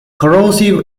corrosive